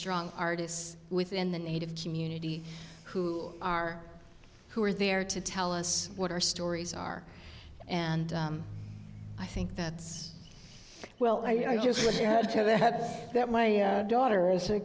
strong artists within the native community who are who are there to tell us what our stories are and i think that's well i just have that my daughter is a